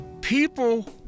People